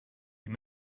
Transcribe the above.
you